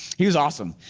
he was awesome.